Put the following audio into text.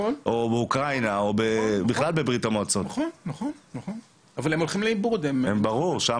גם אוקראינה ובכלל בברית המועצות --- הם הולכים לאיבוד שם.